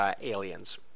aliens